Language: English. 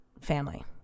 family